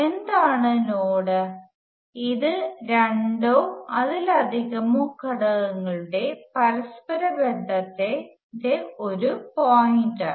എന്താണ് നോഡ് ഇത് രണ്ടോ അതിലധികമോ ഘടകങ്ങളുടെ പരസ്പര ബന്ധത്തിന്റെ ഒരു പോയിന്റാണ്